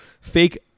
fake